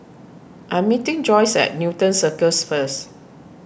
I'm meeting Joyce at Newton Circus first